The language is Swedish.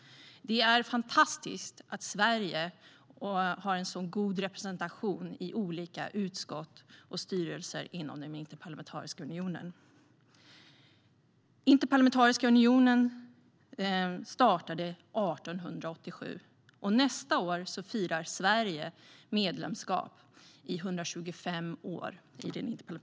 Det är fantastiskt att Sverige har en så god representation i olika utskott och styrelser inom Interparlamentariska unionen. Interparlamentariska unionen startade 1887. Sverige firar nästa år 125-årigt medlemskap.